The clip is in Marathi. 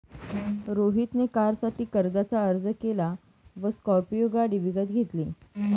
रोहित ने कारसाठी कर्जाचा अर्ज केला व स्कॉर्पियो गाडी विकत घेतली